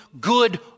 good